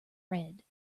red